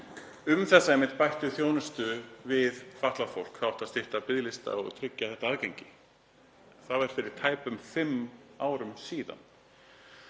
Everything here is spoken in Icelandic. um þessa bættu þjónustu við fatlað fólk, það átti að stytta biðlista og tryggja þetta aðgengi. Það var fyrir tæpum fimm árum síðan.